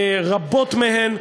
רבות מהן,